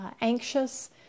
anxious